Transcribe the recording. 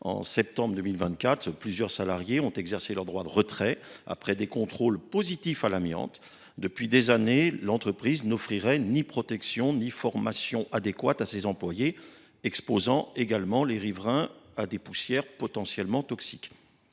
En septembre 2024, plusieurs salariés ont exercé leur droit de retrait après des contrôles positifs à l’amiante. Depuis des années, l’entreprise n’offrirait ni protection ni formation adéquate à ses employés, exposant de surcroît les riverains à des poussières potentiellement toxiques.